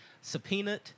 subpoenaed